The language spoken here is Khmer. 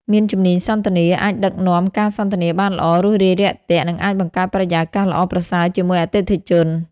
មានជំនាញសន្ទនា អាចដឹកនាំការសន្ទនាបានល្អ រួសរាយរាក់ទាក់ និងអាចបង្កើតបរិយាកាសល្អប្រសើរជាមួយអតិថិជន។